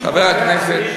לא הבנתי.